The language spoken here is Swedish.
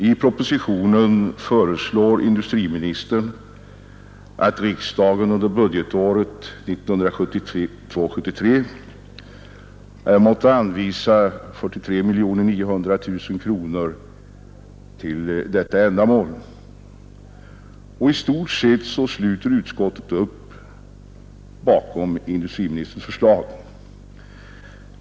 I propositionen föreslår industriministern att riksdagen för budgetåret 1972/73 anvisar 43 900 000 kronor till detta ändamål, och i stort sett sluter utskottet upp bakom industriministerns förslag.